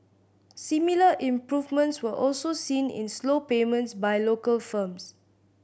similar improvements were also seen in slow payments by local firms